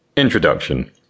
Introduction